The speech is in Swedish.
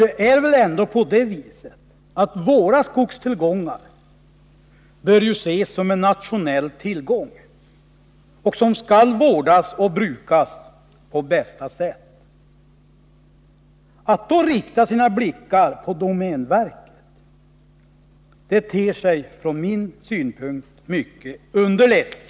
Det är väl ändå på det sättet att våra skogstillgångar bör ses som en nationell tillgång som skall vårdas och brukas på bästa sätt. Att då rikta sina blickar mot domänverket ter sig från min synpunkt mycket underligt.